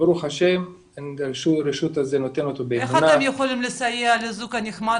וברוך השם --- איך אתם יכולים לסייע לזוג הנחמד